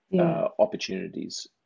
opportunities